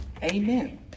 Amen